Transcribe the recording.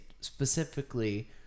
specifically